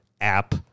app